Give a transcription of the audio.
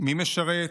מי משרת,